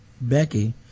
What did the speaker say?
Becky